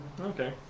Okay